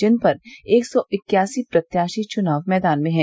जिन पर एक सौ इक्यासी प्रत्याशी चुनाव मैदान में हैं